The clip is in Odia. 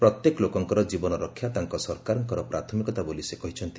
ପ୍ରତ୍ୟେକ ଲୋକଙ୍କର ଜୀବନ ରକ୍ଷା ତାଙ୍କ ସରକାରଙ୍କର ପ୍ରାଥମିକତା ବୋଲି ସେ କହିଛନ୍ତି